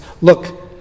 Look